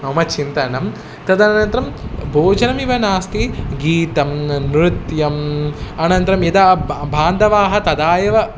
मम चिन्तनं तदनन्तरं भोजनमिव नास्ति गीतं नृत्यम् अनन्तरं यदा बा बान्धवाः तदा एव